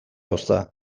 ozta